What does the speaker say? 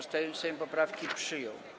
Sejm poprawki przyjął.